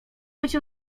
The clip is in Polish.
być